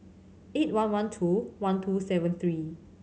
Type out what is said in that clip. eight one one two one two seven three